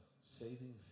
saving